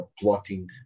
plotting